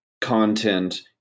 content